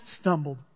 Stumbled